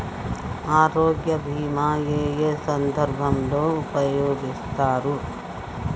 ఆరోగ్య బీమా ఏ ఏ సందర్భంలో ఉపయోగిస్తారు?